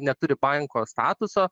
neturi banko statuso